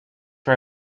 her